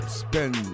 spend